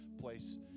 place